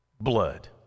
blood